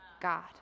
God